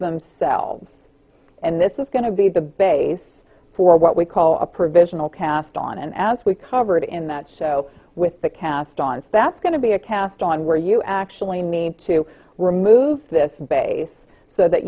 themselves and this is going to be the base for what we call a provisional cast on and as we covered in that so with the cast on that's going to be a cast on where you actually need to remove this base so that